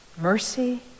mercy